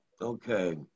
Okay